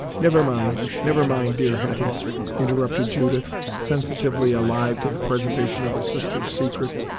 never mind never mind, dear hetty interrupted judith, sensitively alive to the preservation of her sister's secret,